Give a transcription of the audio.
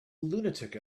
lunatic